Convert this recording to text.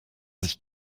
sich